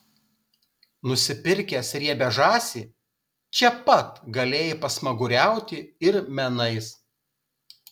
nusipirkęs riebią žąsį čia pat galėjai pasmaguriauti ir menais